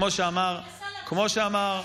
כמו שאמר,